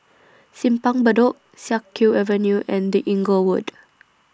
Simpang Bedok Siak Kew Avenue and The Inglewood